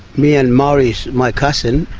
me and morris, my cousin.